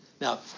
Now